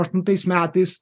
aštuntais metais